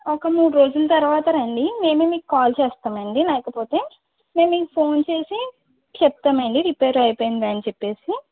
ఒక మూడు రోజుల తర్వాత రండి మేమే మీకు కాల్ చేస్తామండి లేకపోతే మేము మీకు ఫోన్ చేసి చెప్తామండి రిపేర్ అయిపోయిందా అని చెప్పేసి